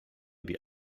die